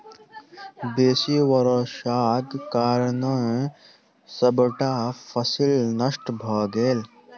बेसी वर्षाक कारणें सबटा फसिल नष्ट भ गेल